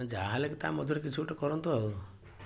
ଯାହାହେଲେ ତା ମଧ୍ୟରୁ କିଛି ଗୋଟେ କରନ୍ତୁ ଆଉ